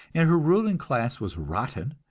and her ruling class was rotten,